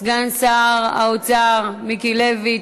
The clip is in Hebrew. סגן שר האוצר מיקי לוי,